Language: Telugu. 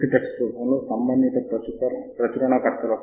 మీ డెస్క్టాప్ పైకి బిబ్ ఫైల్గా ఫైల్ వస్తుంది